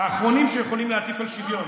האחרונים שיכולים להטיף על שוויון,